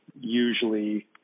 usually